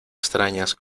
extrañas